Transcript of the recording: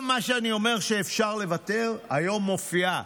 כל מה שאני אומר שאפשר לוותר, היום מופיעה